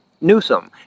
Newsom